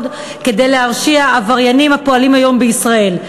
כדי להרשיע עבריינים הפועלים היום בישראל,